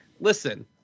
listen